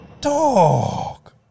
Dog